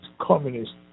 communist